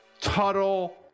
Tuttle